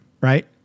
Right